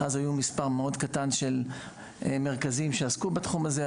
אז היה מספר מאוד קטן של מרכזים שעסקו בתחום הזה.